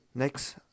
Next